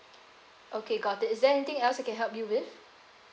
okay got it is there anything else I can help you with